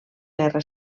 guerra